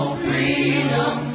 freedom